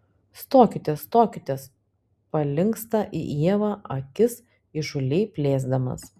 stokitės stokitės palinksta į ievą akis įžūliai plėsdamas